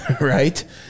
Right